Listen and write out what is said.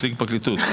פרקליטות?